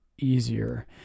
easier